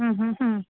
हम्म हम्म हम्म